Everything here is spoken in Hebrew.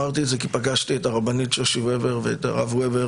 כי פגשתי את הרבנית שושי וובר ואת הרב וובר